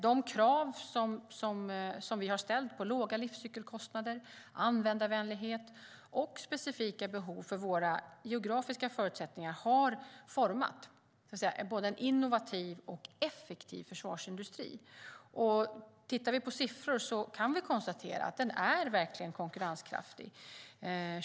De krav som ställs på låga livscykelkostnader, användarvänlighet och specifika behov för olika geografiska förutsättningar har format en både innovativ och effektiv försvarsindustri. Svensk försvarsindustri är verkligen konkurrenskraftig.